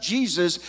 Jesus